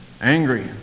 angry